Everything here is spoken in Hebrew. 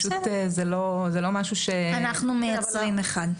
בסדר, אנחנו מייצרים אחד.